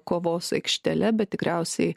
kovos aikštele bet tikriausiai